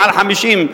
מעל 50%,